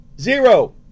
Zero